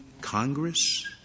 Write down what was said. Congress